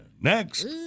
Next